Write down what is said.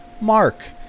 Mark